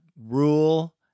rule